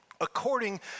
according